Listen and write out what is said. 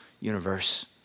universe